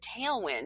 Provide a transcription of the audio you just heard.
tailwind